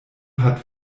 hat